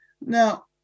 Now